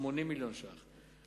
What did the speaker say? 80 מיליון ש"ח,